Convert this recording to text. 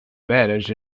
managed